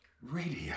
Radio